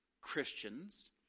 Christians